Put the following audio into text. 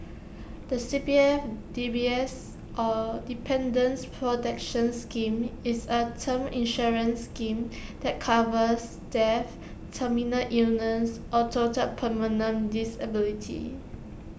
the C P F D P S or Dependant's protection scheme is A term insurance scheme that covers death terminal illness or total permanent disability